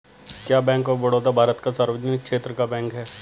क्या bank of Baroda Bharat का सार्वजनिक क्षेत्र का बैंक है?